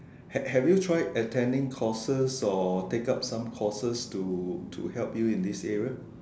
have have you tried attending courses or take up some courses to to help you in this area